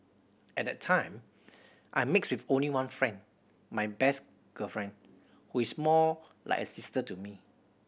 at that time I mixed with only one friend my best girlfriend who is more like a sister to me